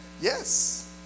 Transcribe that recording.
yes